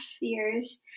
years